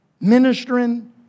ministering